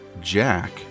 Jack